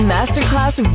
Masterclass